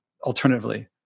alternatively